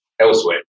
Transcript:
elsewhere